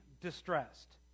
distressed